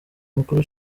mukuru